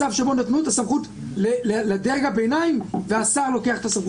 להשלכות הרוחב שקשה לתאר אותם בכלל לחקיקה מהסוג